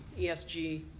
ESG